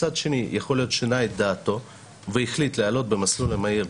מצד שני יכול להיות שהוא שינה את דעתו והחליט לעלות במסלול המהיר,